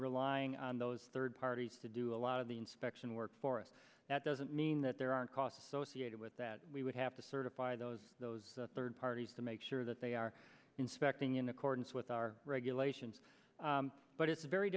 relying on those third parties to do a lot of the inspection work for us that doesn't mean that there aren't costs associated with that we would have to certify those those third parties to make sure that they are inspecting in accordance with our regulations but it's very